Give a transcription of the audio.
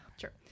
Sure